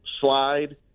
slide